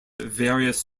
various